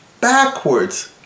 backwards